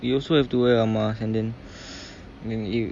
you also have to wear a mask and then then if